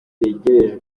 kubibwira